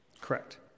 Correct